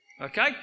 okay